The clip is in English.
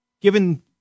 given